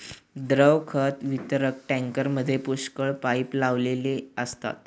द्रव खत वितरक टँकरमध्ये पुष्कळ पाइप लावलेले असतात